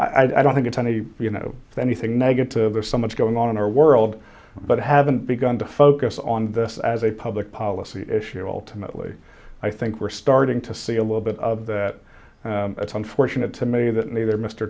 to i don't think it's any you know anything negative or so much going on in our world but haven't begun to focus on this as a public policy issue alternately i think we're starting to see a little bit of that it's unfortunate to me that either mr